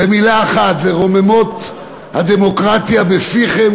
במילה אחת: זה רוממות הדמוקרטיה בפיכם,